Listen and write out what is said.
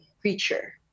creature